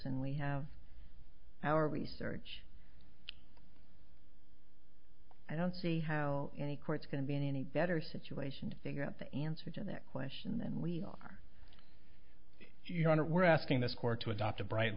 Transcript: and we have our research i don't see how any court's going to be any better situation to figure out the answer to that question than we are your honor we're asking this court to adopt a bright